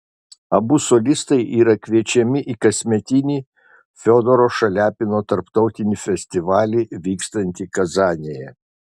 abu solistai yra kviečiami į kasmetinį fiodoro šaliapino tarptautinį festivalį vykstantį kazanėje